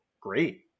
great